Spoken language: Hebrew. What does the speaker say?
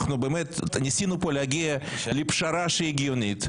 אנחנו באמת ניסינו פה להגיע לפשרה שהיא הגיונית,